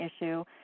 issue –